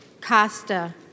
Costa